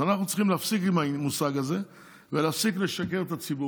אז אנחנו צריכים להפסיק עם המושג הזה ולהפסיק לשקר לציבור